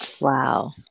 Wow